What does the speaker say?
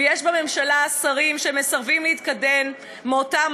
ויש בממשלה שרים שמסרבים להתקדם מאותן